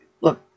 Look